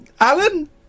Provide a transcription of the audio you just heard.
Alan